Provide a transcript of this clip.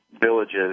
villages